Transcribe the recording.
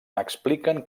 expliquen